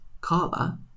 Carla